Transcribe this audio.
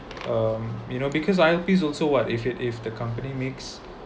um you know because I notice so what if it if the company makes